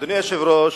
אדוני היושב-ראש,